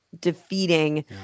defeating